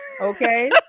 Okay